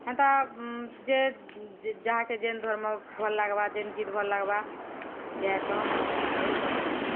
ହେନ୍ତା ଯେ ଯାହାକେ ଯେନ୍ ଧର୍ମ ଭଲ୍ ଲାଗ୍ବା ଯେନ୍ ଗୀତ୍ ଭଲ୍ ଲାଗ୍ବା ଗାଏସନ୍ ଆଉ କର୍ସନ୍